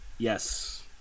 Yes